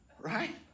Right